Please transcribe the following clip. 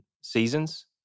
seasons